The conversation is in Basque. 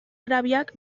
arabiak